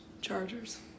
Chargers